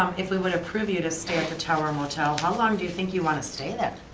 um if we would approve you to stay at the tower motel, how long do you think you wanna stay there?